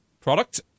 product